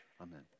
amen